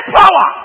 power